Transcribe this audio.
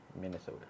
Minnesota